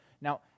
Now